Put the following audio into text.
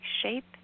shape